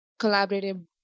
collaborative